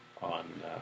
On